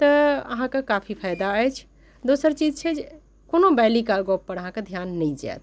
तऽ अहाँके काफी फायदा अछि दोसर चीज छै जे कोनो बाइली का गप्पपर अहाँके ध्यान नहि जायत